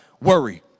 worry